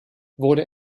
wurde